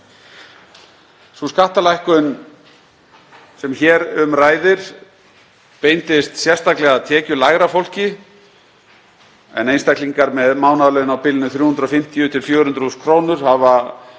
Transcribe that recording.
Skattalækkunin sem hér um ræðir beindist sérstaklega að tekjulægra fólki, en einstaklingar með mánaðarlaun á bilinu 350–400 þús. kr. hafa